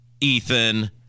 Ethan